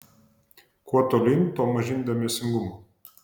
kuo tolyn tuo mažyn dėmesingumo